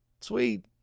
Sweet